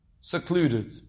secluded